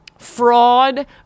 fraud